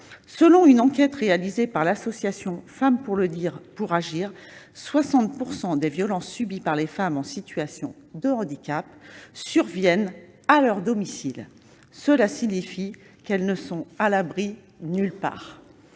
Selon une enquête réalisée par l'association Femmes pour le Dire, Femmes pour Agir, 60 % des violences subies par les femmes en situation de handicap surviennent à leur domicile. Cela signifie qu'elles ne sont nulle part